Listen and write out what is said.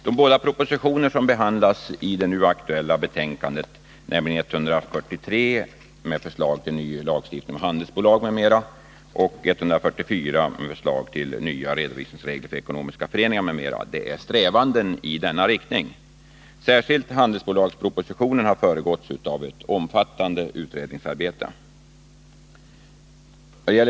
De båda propositioner som behandlas i det nu aktuella betänkandet, nämligen 143 med förslag till ny lagstiftning om handelsbolag m.m. och 144 med förslag till nya redovisningsregler för ekonomiska föreningar m.m. är strävanden i denna riktning. Särskilt handelsbolagspropositionen har föregåtts av ett omfattande utredningsarbete.